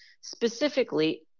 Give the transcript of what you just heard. specifically